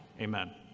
Amen